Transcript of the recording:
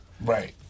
Right